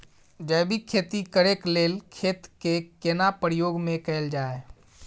जैविक खेती करेक लैल खेत के केना प्रयोग में कैल जाय?